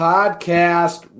Podcast